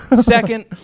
Second